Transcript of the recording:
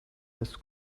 has